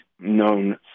known